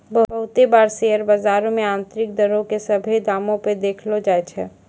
बहुते बार शेयर बजारो मे आन्तरिक दरो के सभ्भे दामो पे देखैलो जाय छै